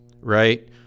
right